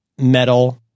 metal